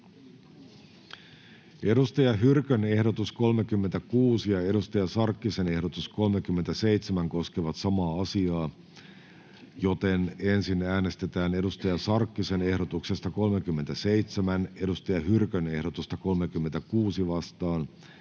Saara Hyrkön ehdotus 30 ja Hanna Sarkkisen ehdotus 31 koskevat samaa asiaa. Ensin äänestetään Hanna Sarkkisen ehdotuksesta 31 Saara Hyrkön ehdotusta 30 vastaan